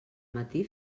matí